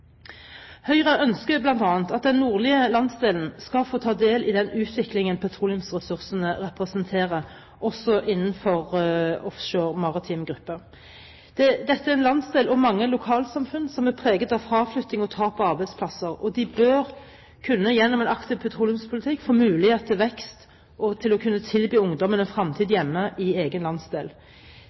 Høyre ønsker bl.a. at den nordlige landsdelen skal få ta del i den utviklingen petroleumsressursene representerer, også innenfor offshore maritime grupper. Dette er en landsdel med mange lokalsamfunn som er preget av fraflytting og tap av arbeidsplasser. De bør gjennom en aktiv petroleumspolitikk kunne få mulighet til vekst og til å kunne tilby ungdommen en fremtid hjemme i egen landsdel.